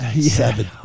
Seven